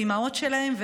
ואימהות שלהם,